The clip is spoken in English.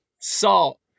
salt